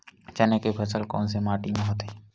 चना के फसल कोन से माटी मा होथे?